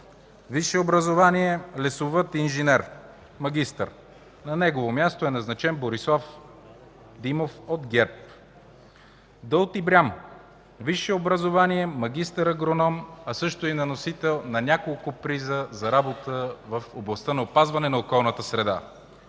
висше образование, лесовъд-инженер, магистър; на негово място е назначен Борислав Димов от ГЕРБ; - Дауд Ибрям – висше образование, магистър агроном, а също е носител на няколко приза за работа в областта на опазване на околната среда